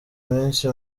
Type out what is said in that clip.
iminsi